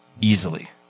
easily